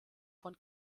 von